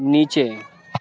نیچے